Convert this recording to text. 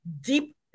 deep